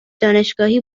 دانشگاهی